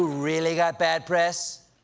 really got bad press?